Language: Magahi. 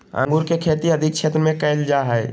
अंगूर के खेती अधिक क्षेत्र में कइल जा हइ